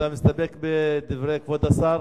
אתה מסתפק בדברי כבוד השר?